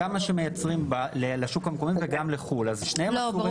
גם מה שמייצרים לשוק המקומי וגם לחוץ לארץ.